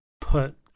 put